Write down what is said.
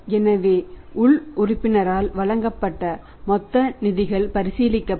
எனவே உள் உறுப்பினரால் வழங்கப்பட்ட மொத்த நிதிகள் பரிசீலிக்கப்படும்